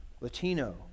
Latino